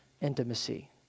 intimacy